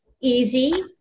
easy